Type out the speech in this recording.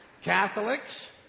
Catholics